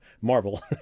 Marvel